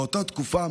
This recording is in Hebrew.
באותה תקופה,